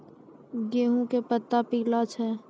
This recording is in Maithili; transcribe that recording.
गेहूँ के पत्ता पीला छै?